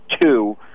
two